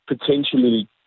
potentially